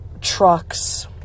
trucks